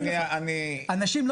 אנשים,